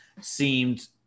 seemed